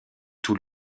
tout